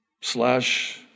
slash